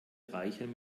reichern